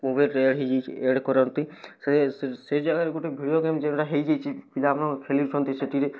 ମୋବାଇଲ୍ରେ ଆଡ଼୍ ହେଇଯାଇଛି ଆଡ଼୍ କରନ୍ତି ସେ ଜାଗାରେ ଗୁଟେ ଭିଡ଼ିଓ ଗେମ୍ ଯେନ୍ତା ହେଇଯାଇଛି ପିଲାମାନ ଖେଳୁଛନ୍ତି ସେଥିରେ